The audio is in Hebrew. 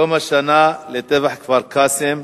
יום השנה לטבח בכפר-קאסם,